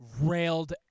railed